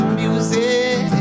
music